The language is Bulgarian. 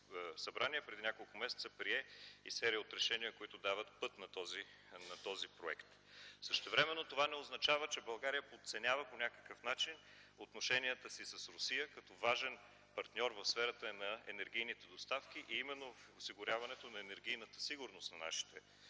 преди няколко месеца прие и серия от решения, които дават път на този проект. Същевременно това не означава, че България подценява по някакъв начин отношенията си с Русия като важен партньор в сферата на енергийните доставки именно в осигуряването на енергийната сигурност на нашите